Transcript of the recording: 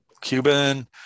Cuban